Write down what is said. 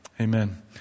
Amen